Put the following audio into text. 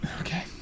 Okay